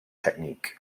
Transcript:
technique